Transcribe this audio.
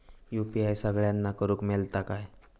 UPI सगळ्यांना करुक मेलता काय?